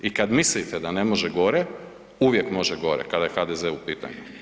I kad mislite da ne može gore, uvijek može gore, kada je HDZ u pitanju.